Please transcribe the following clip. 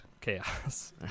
Chaos